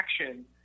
action